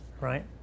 right